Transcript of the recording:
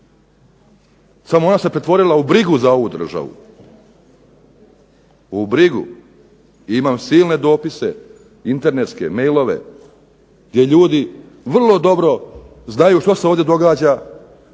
samo ona se pretvorila u brigu za ovu državu, ovu brigu. I imam silne dopise internetske, mejlove gdje ljudi vrlo dobro znaju što se ovdje događa,